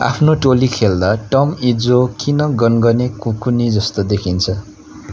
आफ्नो टोली खेल्दा टम इज्जो किन गनगने कुकुर्नी जस्तो देखिन्छ